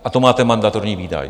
A to máte mandatorní výdaj.